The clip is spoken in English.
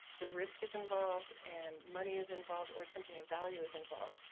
the risk is involved and money is involved or something of value is involved.